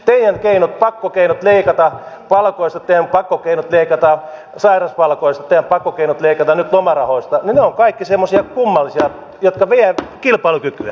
teidän keinot pakkokeinot leikata palkoista pakkokeinot leikata sairauspalkoista ja pakkokeinot leikata nyt lomarahoista ovat kaikki semmoisia kummallisia jotka vievät kilpailukykyä